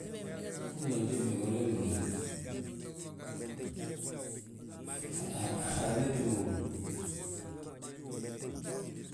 Haala ma tídi hi húri wi.